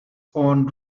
own